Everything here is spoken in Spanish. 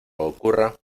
ocurra